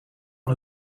van